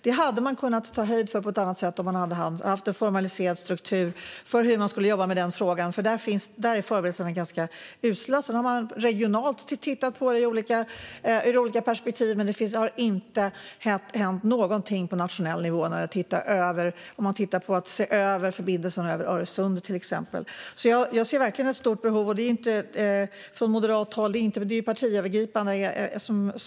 Det här hade man kunnat ta höjd för på ett annat sätt om det funnits en formaliserad struktur för hur man ska jobba med frågan. Där är förberedelserna nämligen usla. Sedan har man regionalt tittar på det här ur olika perspektiv, men det har inte hänt något på nationell nivå för att se över till exempel förbindelserna över Öresund. Jag ser verkligen ett stort behov av detta. Det är inte bara Moderaternas syn, utan det här är partiövergripande.